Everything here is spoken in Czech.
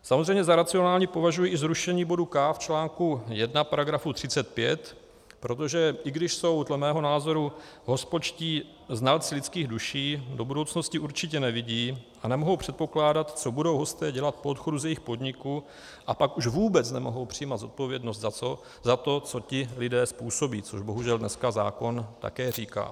Samozřejmě za racionální považuji i zrušení bodu k) v článku 1 § 35, protože i když jsou dle mého názoru hospodští znalci lidských duší, do budoucnosti určitě nevidí a nemohou předpokládat, co budou hosté dělat po odchodu z jejich podniku, a pak už vůbec nemohou přijímat zodpovědnost za to, co ti lidé způsobí, což, bohužel, dneska zákon také říká.